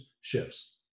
shifts